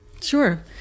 Sure